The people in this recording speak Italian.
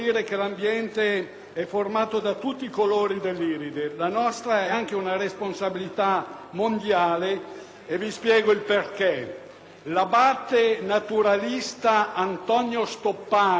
e vi spiego il perché: l'abate naturalista Antonio Stoppani, rosminiano, alla fine dell'800 definiva il Paese Italia il bel Paese.